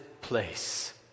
place